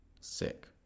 sick